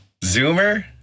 Zoomer